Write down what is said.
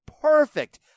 perfect